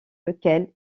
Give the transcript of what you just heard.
lequel